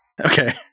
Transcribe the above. Okay